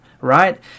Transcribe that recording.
right